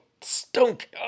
stunk